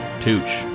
Tooch